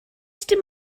dim